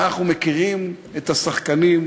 ואנחנו מכירים את השחקנים,